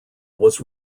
was